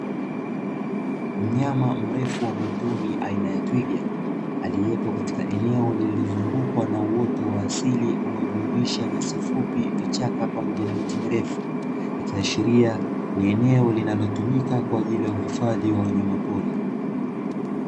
Mnyama mrefu wa mwituni aina ya twiga aliyepo katika eneo lililozungukwa na uoto wa asili unaojumuisha nyasi fupi, vichaka pamoja na miti mirefu, ikiashiria ni eneo linalotumika kwa ajili ya uhifadhi wa wanyamapori.